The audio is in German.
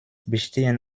bestehen